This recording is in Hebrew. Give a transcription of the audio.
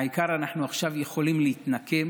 העיקר שעכשיו אנחנו יכולים להתנקם,